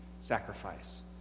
sacrifice